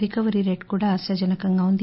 recovery rate కూడా ఆశాజనకంగా ఉంది